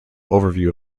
overview